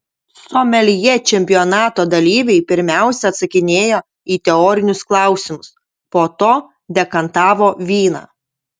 someljė čempionato dalyviai pirmiausia atsakinėjo į teorinius klausimus po to dekantavo vyną